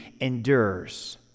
endures